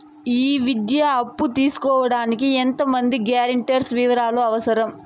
ఈ విద్యా అప్పు తీసుకోడానికి ఎంత మంది గ్యారంటర్స్ వివరాలు అవసరం?